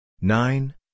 Nine